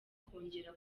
kongera